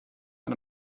man